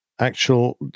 actual –